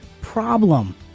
problem